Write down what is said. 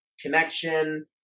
connection